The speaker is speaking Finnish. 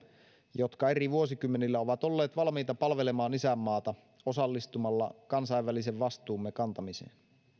jotka eri vuosikymmenillä ovat olleet valmiita palvelemaan isänmaata osallistumalla kansainvälisen vastuumme kantamiseen